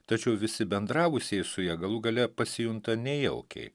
tačiau visi bendravusieji su ja galų gale pasijunta nejaukiai